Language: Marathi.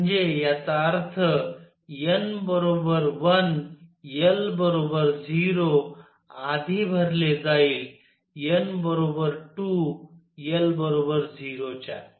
म्हणजे याचा अर्थ n 1 l 0 आधी भरले जाईल n 2 l 0